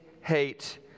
hate